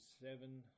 seven